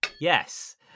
Yes